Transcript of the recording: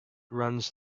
runs